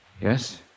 Yes